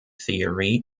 theory